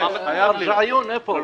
רעיון איפה?